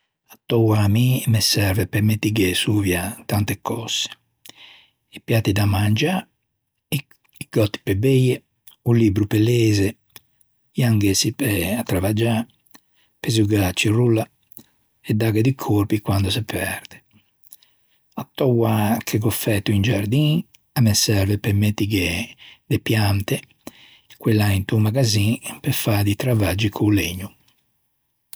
A töa à mi a me serve pe mettighe sovia tante cöse. I piati da mangiâ, i gòtti pe beie, o libbro pe leze, i angæzi pe travaggiâ, pe zugâ à cirolla e dâghe di corpi quande se perde. A töa che gh'ò fæto in giardin a me serve pe mettighe de piante, quella into magazzin, pe fâ di travaggi co-o legno.